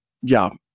ja